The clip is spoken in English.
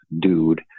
dude